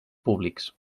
públics